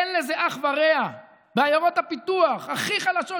אין לזה אח ורע בעיירות הפיתוח הכי חלשות,